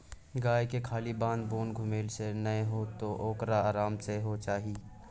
गायके खाली बाध बोन घुमेले सँ नै हेतौ ओकरा आराम सेहो चाही